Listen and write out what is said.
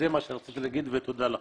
תודה לכם.